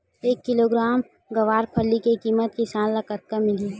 एक किलोग्राम गवारफली के किमत किसान ल कतका मिलही?